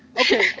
Okay